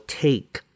take